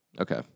Okay